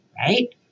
right